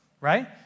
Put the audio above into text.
right